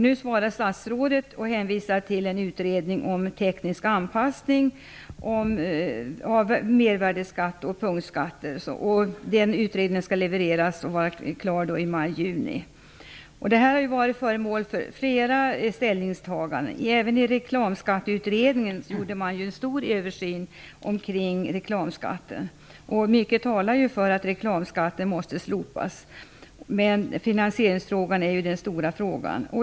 Nu svarar statsrådet och hänvisar till en utredning om teknisk anpassning av mervärdesskatt och punktskatter. Den utredningen skall vara klar och levereras i maj/juni. Denna fråga har varit föremål för flera ställningstaganden. Även i Reklamskatteutredningen gjordes en stor översyn av reklamskatten. Mycket talar för att reklamskatten måste slopas. Men finansieringen är den stora frågan.